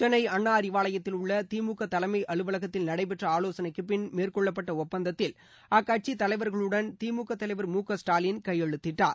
சென்னை அண்ணா அறிவாலயத்தில் உள்ள திமுக தலைமை அலுவலகத்தில் நடடபெற்ற ஆலோசனைக்கு பின் மேற்கொள்ளப்பட்ட ஒப்பந்தத்தில் அக்கட்சி தலைவர்களுடன் திமுக தலைவர் மு க ஸ்டாலின் கையெழுத்திட்டார்